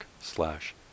slash